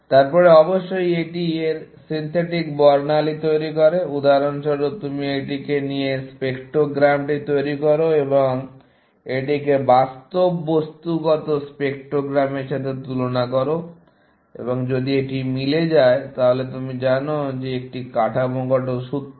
তারপরে অবশ্যই এটি এর সিন্থেটিক বর্ণালী তৈরি করে উদাহরণস্বরূপ তুমি এটিকে নিয়ে স্পেক্ট্রোগ্রামটি তৈরী করো এবং এটিকে বাস্তব বস্তুগত স্পেক্ট্রোগ্রামের সাথে তুলনা করো এবং যদি এটি মিলে যায় তাহলে তুমি জানো যে এটি কাঠামোগত সূত্র